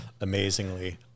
amazingly